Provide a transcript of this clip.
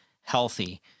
healthy